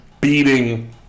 beating